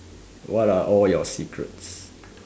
what are all your secrets